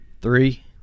Three